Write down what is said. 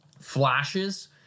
flashes